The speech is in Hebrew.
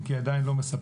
אם כי עדיין לא מספקת,